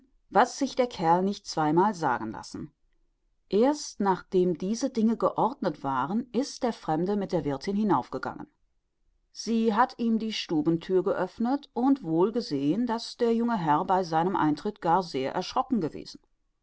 was sich der kerl nicht zweimal sagen lassen erst nachdem diese dinge geordnet waren ist der fremde mit der wirthin hinaufgegangen sie hat ihm die stubenthür geöffnet und wohl gesehen daß der junge herr bei seinem eintritt gar sehr erschrocken gewesen